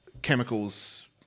chemicals